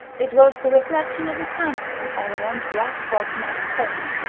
it was the reflection of the candle on oleron's black vulcanite comb,